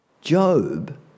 Job